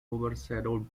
overshadowed